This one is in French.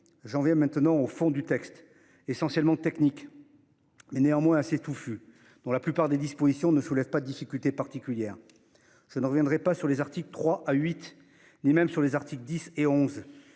J'en viens au fond du texte, essentiellement technique, mais assez touffu, et dont la plupart des dispositions ne soulèvent pas de difficultés particulières. Je ne reviendrai pas sur les articles 3 à 8 ni même sur les articles 10 et 11,